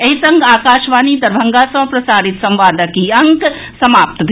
एहि संग आकाशवाणी दरभंगा सँ प्रसारित संवादक ई अंक समाप्त भेल